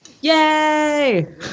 Yay